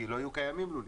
כי לא יהיו קיימים לולים.